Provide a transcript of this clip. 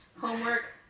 homework